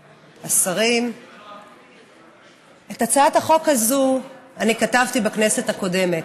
השרים, את הצעת החוק הזאת כתבתי בכנסת הקודמת,